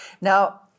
Now